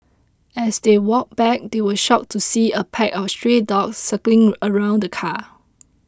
as they walked back they were shocked to see a pack of stray dogs circling around the car